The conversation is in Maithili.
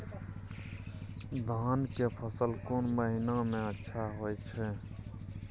धान के फसल कोन महिना में अच्छा होय छै?